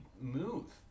move